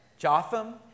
Jotham